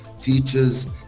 teachers